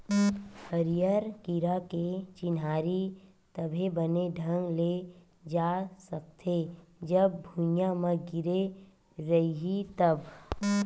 हरियर कीरा के चिन्हारी तभे बने ढंग ले जा सकथे, जब भूइयाँ म गिरे रइही तब